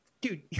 dude